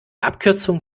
abkürzung